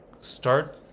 start